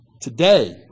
Today